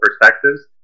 perspectives